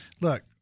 look